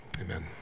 Amen